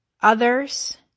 others